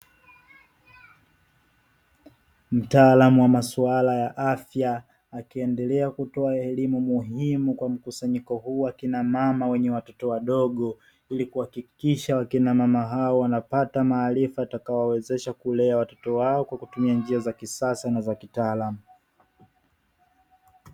Mtaalamu wa masuala ya afya akiendelea kutoa elimu muhimu kwa mkusanyiko huu wa akina mama wenye watoto wadogo, ili kuhakikisha wakina mama hao wanapata maarifa yatakayowawezesha kulea watoto wao kwa kutumia njia za kisasa na za kitaalamu.